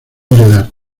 enredar